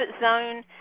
zone